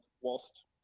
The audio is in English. whilst